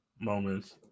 moments